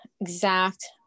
exact